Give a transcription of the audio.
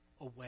away